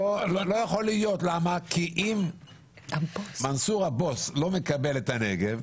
כי אם מנסור הבוס לא מקבל את הנגב,